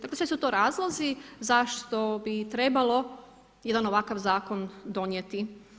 Dakle, sve su to razlozi zašto bi trebalo jedan ovakav zakon donijeti.